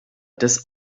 des